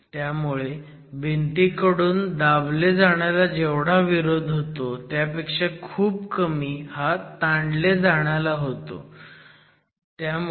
त्यामुळे भिंतीकडून दाबले जाण्याला जेवढा विरोध होतो त्या पेक्षा खूप कमी हा ताणले जाण्याला होतो